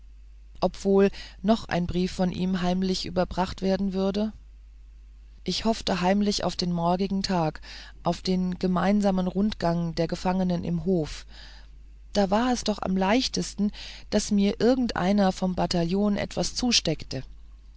wohl noch ein brief von ihm heimlich überbracht werden würde ich hoffte heimlich auf den morgigen tag auf den gemeinsamen rundgang der gefangenen im hof da war es noch am leichtesten daß mir irgendeiner vom bataillon etwas zusteckte